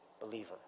believer